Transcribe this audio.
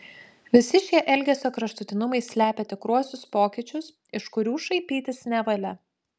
visi šie elgesio kraštutinumai slepia tikruosius pokyčius iš kurių šaipytis nevalia